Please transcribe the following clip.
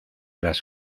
las